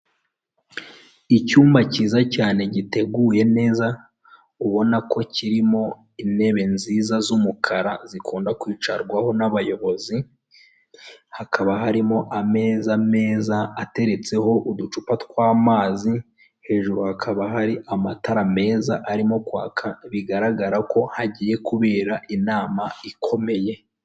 Icyumba cyiza cyane giteguye neza, ubona ko kirimo intebe nziza z'umukara, zikunda kwicarwaho n'abayobozi, hakaba harimo ameza meza ateretseho uducupa tw'amazi, hejuru hakaba hari amatara meza arimo kwaka, bigaragara ko hagiye kubera inama ikomeye.